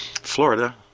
Florida